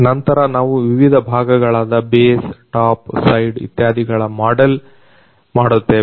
ನಂತರ ನಾವು ವಿವಿಧ ಭಾಗಗಳಾದ ಬೇಸ್ ಟಾಪ್ ಸೈಡ್ ಇತ್ಯಾದಿಗಳ ಮಾಡೆಲ್ ಮಾಡುತ್ತೇವೆ